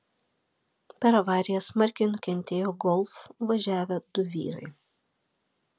per avariją smarkiai nukentėjo golf važiavę du vyrai